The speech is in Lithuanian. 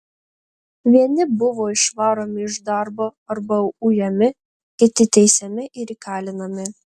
vieni buvo išvaromi iš darbo arba ujami kiti teisiami ir įkalinami